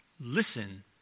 Listen